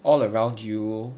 all around you